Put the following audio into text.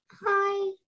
Hi